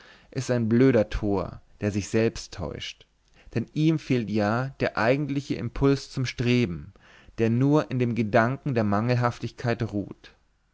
ist ein blöder tor der sich selbst täuscht denn ihm fehlt ja der eigentliche impuls zum streben der nur in dem gedanken der mangelhaftigkeit ruht